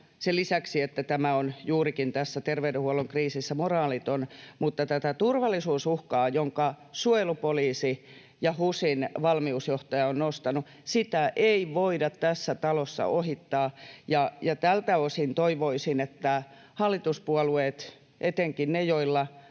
sen lisäksi, että tämä on juurikin tässä terveydenhuollon kriisissä moraaliton. Tätä turvallisuusuhkaa, jonka suojelupoliisi ja HUSin valmiusjohtaja ovat nostaneet esiin, ei voida tässä talossa ohittaa, ja tältä osin toivoisin, että hallituspuolueet — etenkin ne, joilla